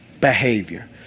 behavior